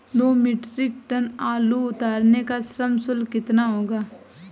दो metric tonne आलू उतारने का श्रम शुल्क कितना होगा?